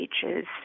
teachers